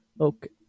Okay